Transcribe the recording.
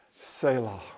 Selah